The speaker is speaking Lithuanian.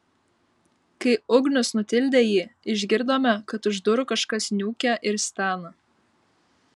kai ugnius nutildė jį išgirdome kad už durų kažkas niūkia ir stena